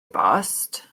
bost